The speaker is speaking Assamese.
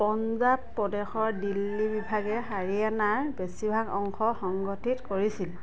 পঞ্জাৱ প্ৰদেশৰ দিল্লী বিভাগে হাৰিয়াণাৰ বেছিভাগ অংশ সংগঠিত কৰিছিল